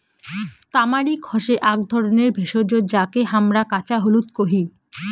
তামারিক হসে আক ধরণের ভেষজ যাকে হামরা কাঁচা হলুদ কোহি